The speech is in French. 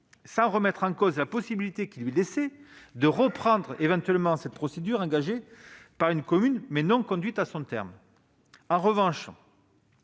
sans remettre en cause la possibilité qui lui est laissée de reprendre une procédure engagée par une commune, mais non conduite à son terme. En revanche,